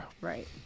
Right